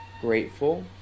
grateful